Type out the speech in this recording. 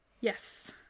Yes